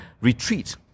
retreat